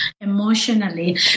emotionally